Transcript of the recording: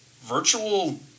virtual